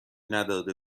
نداده